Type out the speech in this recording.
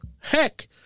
Heck